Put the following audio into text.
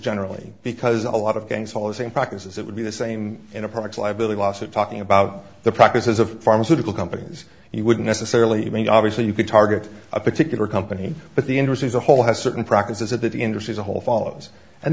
generally because a lot of things follow the same practices it would be the same in a product liability lawsuit talking about the practices of pharmaceutical companies you wouldn't necessarily mean obviously you can target a particular company but the interest as a whole has certain practices it that the industry as a whole follows and